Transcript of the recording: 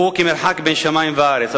הוא כמרחק בין שמים לארץ.